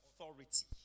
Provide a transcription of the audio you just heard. authority